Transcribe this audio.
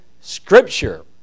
Scripture